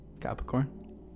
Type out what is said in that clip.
capricorn